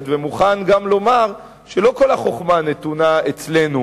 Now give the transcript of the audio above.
ומוכן גם לומר שלא כל החוכמה נתונה אצלנו,